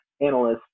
analysts